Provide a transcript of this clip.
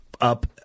up